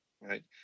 right